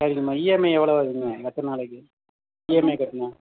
சரிங்கம்மா இஎம்ஐ எவ்வளோ வருங்க எத்தனை நாளைக்கு இஎம்ஐ கட்டினா